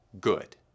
good